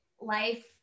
life